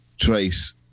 trace